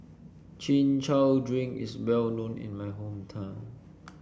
Chin Chow Drink is well known in my hometown